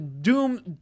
Doom